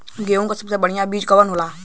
गेहूँक सबसे बढ़िया बिज कवन होला?